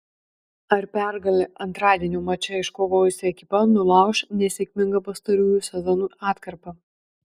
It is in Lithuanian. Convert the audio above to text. ar pergalę antradienio mače iškovojusi ekipa nulauš nesėkmingą pastarųjų sezonų atkarpą